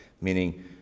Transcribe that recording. meaning